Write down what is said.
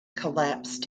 collapsed